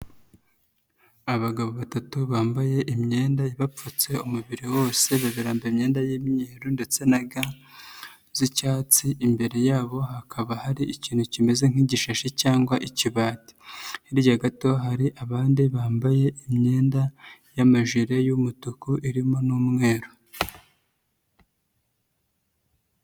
Abagabo batatu bambaye imyenda ibapfutse umubiri wose babiri bambaye imyenda y'imyeru ndetse na ga z'icyatsi, imbere yabo hakaba hari ikintu kimeze nk'igishashi cyangwa ikibati, hirya gato hari abandi bambaye imyenda y'amajiri y'umutuku irimo n'umweru.